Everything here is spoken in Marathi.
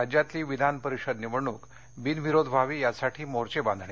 राज्यातली विधानपरिषद निवडणुक बिनविरोध व्हावी यासाठी मोर्चेबांधणी